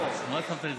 רבים,